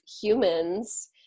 humans